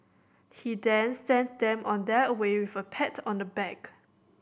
he then sent them on their way with a pat on the back